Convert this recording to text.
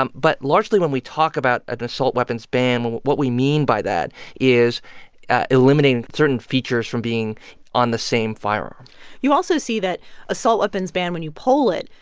um but, largely, when we talk about an assault weapons ban, what what we mean by that is eliminating certain features from being on the same firearm you also see that assault weapons ban, when you poll it,